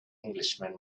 englishman